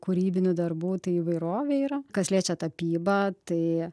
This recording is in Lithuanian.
kūrybinių darbų ta įvairovė yra kas liečia tapybą tai